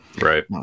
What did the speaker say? Right